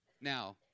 Now